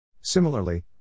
Similarly